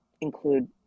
include